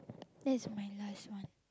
that's my last one